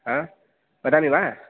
हा वदामि वा